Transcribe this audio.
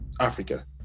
Africa